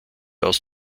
aus